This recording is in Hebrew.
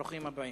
ברוכים הבאים.